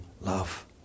Love